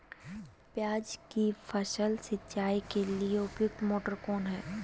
प्याज की फसल सिंचाई के लिए उपयुक्त मोटर कौन है?